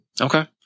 Okay